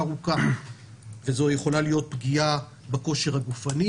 זו יכולה להיות פגיעה בכושר הגופני,